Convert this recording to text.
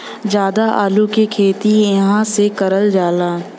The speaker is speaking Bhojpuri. जादा आलू के खेती एहि से करल जाला